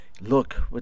Look